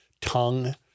tongue